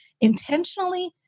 intentionally